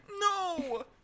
No